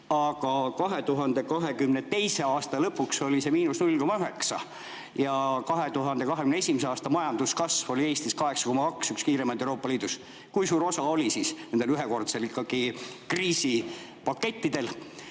aga 2022. aasta lõpuks oli see miinus 0,9. 2021. aasta majanduskasv oli Eestis 8,2 – üks kiiremaid Euroopa Liidus. Kui suur osa oli nendel ühekordsetel kriisipakettidel